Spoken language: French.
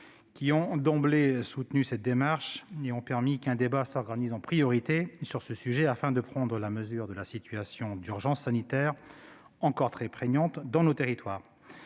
qui ont d'emblée soutenu cette démarche et ont permis qu'un débat s'organise en priorité sur ce sujet, afin de prendre la mesure de la situation d'urgence sanitaire, encore très prégnante dans nos territoires.